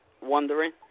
wondering